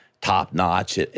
top-notch